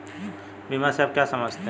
बीमा से आप क्या समझते हैं?